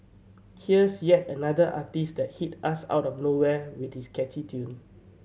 here's yet another artiste that hit us out of nowhere with this catchy tune